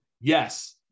Yes